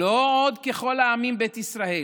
לא עוד ככל העמים בית ישראל.